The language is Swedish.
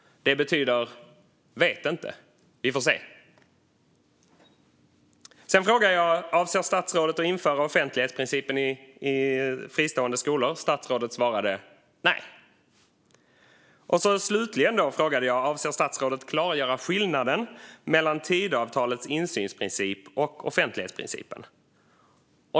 Det betyder "vet inte, vi får se". Sedan frågade jag: Avser statsrådet att införa offentlighetsprincipen i fristående skolor? Statsrådet svarade: Nej. Och slutligen frågade jag: Avser statsrådet att klargöra skillnaden mellan Tidöavtalets insynsprincip och offentlighetsprincipen?